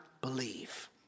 believe